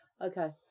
Okay